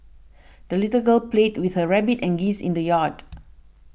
the little girl played with her rabbit and geese in the yard